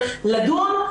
לדון,